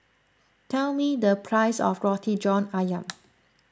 tell me the price of Roti John Ayam